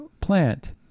plant